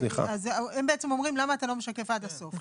הם בעצם אומרים למה אתה לא משקף עד הסוף.